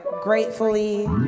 gratefully